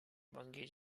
bungee